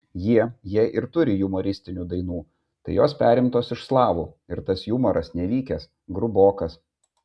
jie jei ir turi jumoristinių dainų tai jos perimtos iš slavų ir tas jumoras nevykęs grubokas